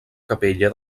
capella